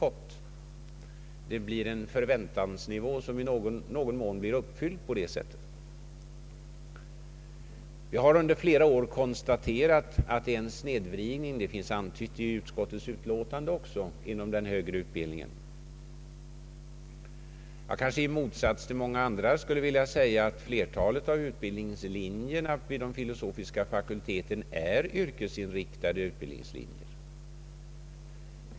På det sättet blir förväntansnivån i någon mån uppfylld. Jag har under flera år konstaterat att en snedvridning äger rum — det har också antytts i utskottsutlåtandet — inom den högre utbildningen i vårt land. Jag skulle vilja säga, i motsats till många andra, att flertaiet av utbildningslinjerna vid den filosofiska fakulteten är yrkesinriktade.